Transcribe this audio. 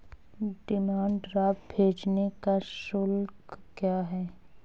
Demand draft भेजने का शुल्क क्या है?